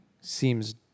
seems